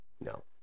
no